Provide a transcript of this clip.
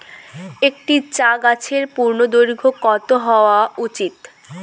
একটি চা গাছের পূর্ণদৈর্ঘ্য কত হওয়া উচিৎ?